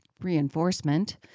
reinforcement